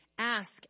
Ask